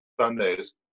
sundays